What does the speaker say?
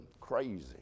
crazy